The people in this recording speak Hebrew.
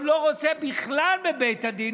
הוא לא רוצה בכלל בבית הדין,